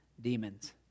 demons